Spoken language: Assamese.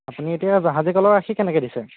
আপুনি এতিয়া জাহাজী কলৰ আখি কেনেকৈ দিছে